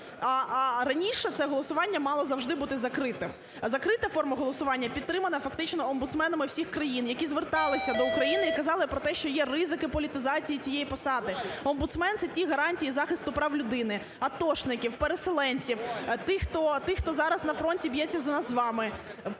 а раніше це голосування мало завжди бути закритим. Закрита форма голосування підтримана фактично омбудсменами всіх країн, які зверталися до України і казали про те, що є ризики політизації цієї посади, омбудсмен – це ті гарантії захисту прав людини, атошників, переселенців, тих, хто зараз на фронті б'ється за нас з вами,